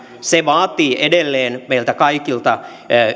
se vaatii edelleen meiltä kaikilta